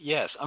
Yes